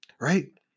right